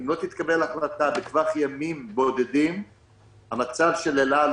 אם לא תתקבל החלטה בטווח ימים בודדים המצב של אל-על,